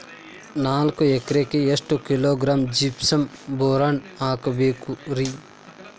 ನಾಲ್ಕು ಎಕರೆಕ್ಕ ಎಷ್ಟು ಕಿಲೋಗ್ರಾಂ ಜಿಪ್ಸಮ್ ಬೋರಾನ್ ಹಾಕಬೇಕು ರಿ?